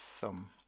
thumb